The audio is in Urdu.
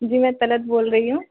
جی میں طلعت بول رہی ہوں